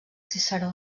ciceró